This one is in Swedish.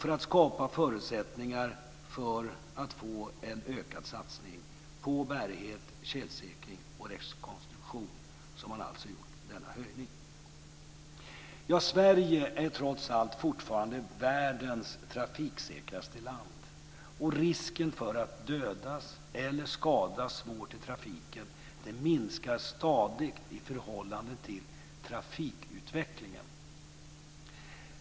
För att skapa förutsättningar för att få en ökad satsning på bärighet, tjälsäkring och rekonstruktion har man gjort denna höjning. Sverige är trots allt fortfarande världens trafiksäkraste land. Risken för att dödas eller skadas svårt i trafiken minskar stadigt i förhållande till trafikutvecklingen.